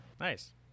nice